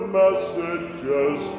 messages